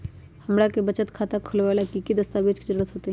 हमरा के बचत खाता खोलबाबे ला की की दस्तावेज के जरूरत होतई?